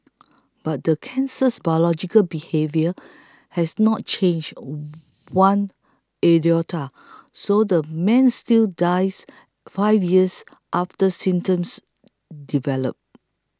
but the cancer's biological behaviour has not changed one iota so the man still dies five years after symptoms develop